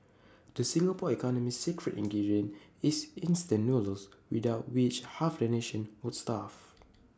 the Singapore economy's secret ingredient is instant noodles without which half the nation would starve